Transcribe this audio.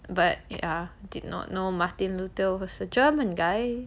but ya did not know martin luther was a german guy